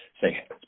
say